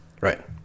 Right